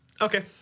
Okay